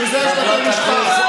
בשביל זה יש בתי משפט.